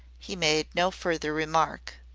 he made no further remark.